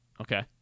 Okay